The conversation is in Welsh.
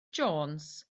jones